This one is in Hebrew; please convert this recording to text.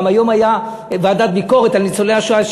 גם היום הייתה ישיבת ועדת ביקורת על ניצולי השואה,